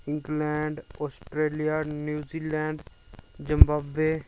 England Australia New Zealand Zimbabwe